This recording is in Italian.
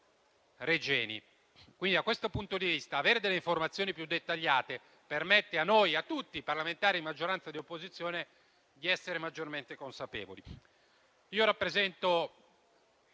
Regeni. Da questo punto di vista, avere delle informazioni più dettagliate permette a noi e a tutti i parlamentari di maggioranza e di opposizione di essere maggiormente consapevoli. Mi rallegro